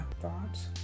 thoughts